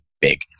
big